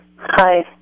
Hi